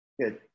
Good